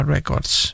Records